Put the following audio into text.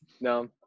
No